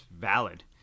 valid